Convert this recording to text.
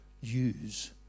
use